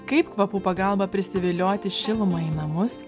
kaip kvapų pagalba prisivilioti šilumą į namus